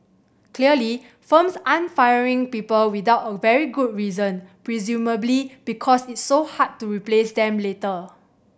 clearly firms aren't firing people without a very good reason presumably because it's so hard to replace them later